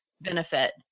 benefit